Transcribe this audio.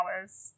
hours